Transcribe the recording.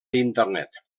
internet